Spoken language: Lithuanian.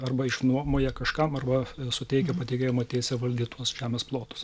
arba išnuomoję kažkam arba suteikę patikėjimo teise valdyt tuos žemės plotus